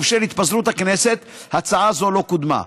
ובשל התפזרות הכנסת הצעה זו לא קודמה.